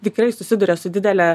tikrai susiduria su didele